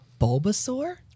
bulbasaur